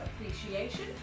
appreciation